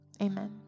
Amen